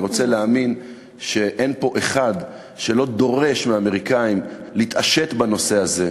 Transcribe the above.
אני רוצה להאמין שאין פה אחד שלא דורש מהאמריקנים להתעשת בנושא הזה,